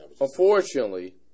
Unfortunately